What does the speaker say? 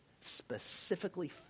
specifically